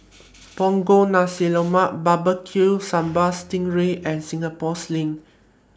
Punggol Nasi Lemak Barbecue Sambal Sting Ray and Singapore Sling